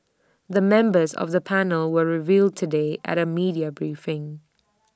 the members of the panel were revealed today at A media briefing